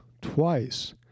twice